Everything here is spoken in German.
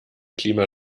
klima